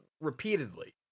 repeatedly